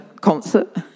concert